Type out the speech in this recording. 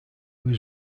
was